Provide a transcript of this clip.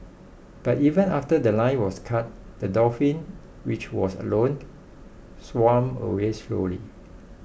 but even after The Line was cut the dolphin which was alone swam away slowly